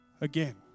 again